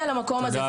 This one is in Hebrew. להגיע למקום הזה,